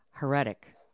Heretic